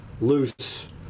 Loose